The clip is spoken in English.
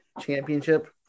championship